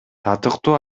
татыктуу